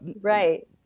right